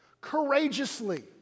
Courageously